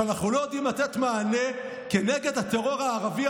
שאנחנו לא יודעים לתת מענה כנגד הטרור הערבי,